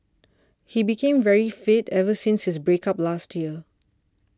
he became very fit ever since his break up last year